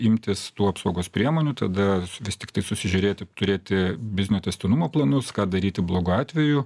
imtis tų apsaugos priemonių tada vis tiktai susižiūrėti turėti biznio tęstinumo planus ką daryti blogu atveju